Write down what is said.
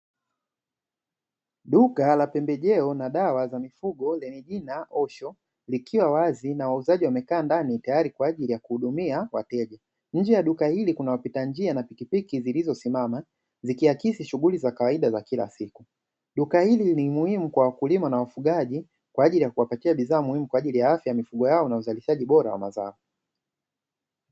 Duka la pembejeo na dawa za mifugo, lenye jina ''Osho'' likiwa wazi na wauzaji wamekaa ndani, tayari kwa ajili ya kuhudumia wateja. Nje ya duka hili kuna wapita njia na pikipiki zilizosimama, zikiakisi shughuli za kawaida za kila siku. Duka hili ni muhimu kwa wakulima na wafugaji, kwa ajili ya kuwapatia bidhaa muhimu kwa ajili ya afya ya mifugo yao na uzalishaji bora wa mazao.